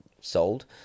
sold